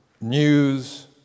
news